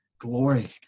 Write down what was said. glory